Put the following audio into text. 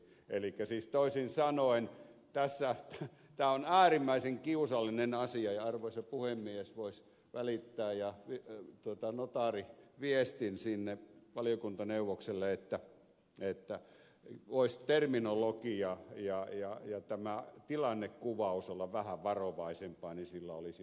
elikkä siis toisin sanoen tämä on äärimmäisen kiusallinen asia ja arvoisa puhemies notaari voisi välittää viestin sinne valiokuntaneuvokselle että voisi terminologia ja tilannekuvaus olla vähän varovaisempaa niin sillä olisi uskottavuutta enemmän